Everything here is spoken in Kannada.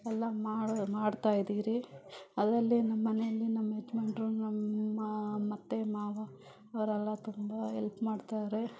ಎಲ್ಲ ಮಾಡಿ ಮಾಡ್ತಾಯಿದ್ದೀವ್ರಿ ಅದರಲ್ಲೇ ನಮ್ಮನೆಯಲ್ಲಿ ನಮ್ಮ ಯಜಮಾನ್ರು ನಮ್ಮ ನಮ್ಮತ್ತೆ ಮಾವ ಅವರೆಲ್ಲ ತುಂಬ ಎಲ್ಪ್ ಮಾಡ್ತಾರೆ